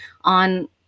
on